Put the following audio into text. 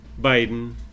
Biden